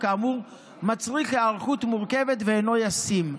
כאמור מצריך היערכות מורכבת ואינו ישים.